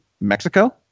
Mexico